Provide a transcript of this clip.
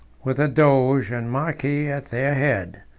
with the doge and marquis at their head,